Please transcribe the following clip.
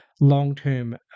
long-term